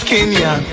Kenya